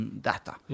data